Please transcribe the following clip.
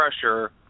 pressure